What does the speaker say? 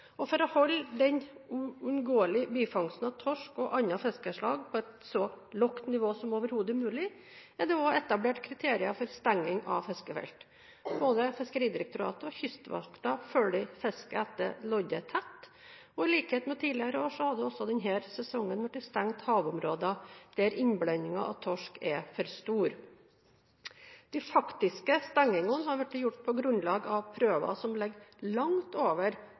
For å holde den uunngåelige bifangsten av torsk og andre fiskeslag på et så lavt nivå som overhodet mulig, er det også etablert kriterier for stenging av fiskefelt. Både Fiskeridirektoratet og Kystvakten følger fisket etter lodde tett, og i likhet med tidligere år har det også denne sesongen blitt stengt havområder der innblandingen av torsk er for stor. De faktiske stengningene har blitt gjort på grunnlag av prøver som ligger langt over